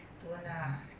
don't want lah